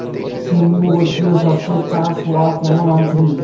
সিম্বু গোত্রীয় শস্যের চাষ হওয়া কেন বাঞ্ছনীয়?